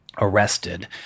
arrested